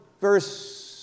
verse